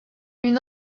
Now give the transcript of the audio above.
une